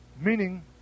meaning